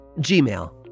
Gmail